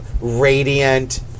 radiant